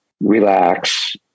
relax